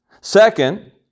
Second